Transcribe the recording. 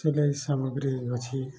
ସିଲେଇ ସାମଗ୍ରୀ ଅଛି